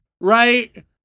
right